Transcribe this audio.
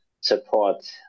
support